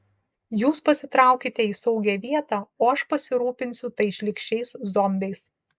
jūs pasitraukite į saugią vietą o aš pasirūpinsiu tais šlykščiais zombiais